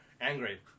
Angry